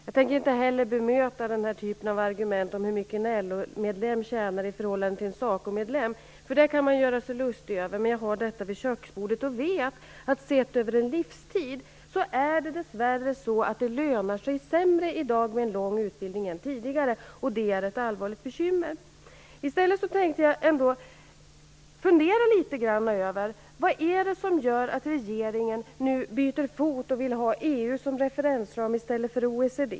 Jag tänker inte heller bemöta den typen av argument om hur mycket en LO-medlem tjänar i förhållande till en SACO-medlem, för det kan man ju göra sig lustig över. Men jag vet att sett över en livstid är det dess värre så att det i dag lönar sig sämre med en lång utbildning än tidigare, vilket är ett allvarligt bekymmer. I stället tänkte jag fundera litet grand över vad det är som gör att regeringen nu byter fot och vill ha EU som referensram i stället för OECD.